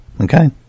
okay